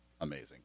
amazing